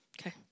Okay